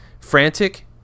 Frantic